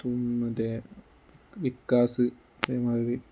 മറ്റേ പിക്കാസ് അതേമാതിരി